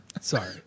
Sorry